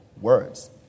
words